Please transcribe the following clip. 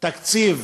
תקציב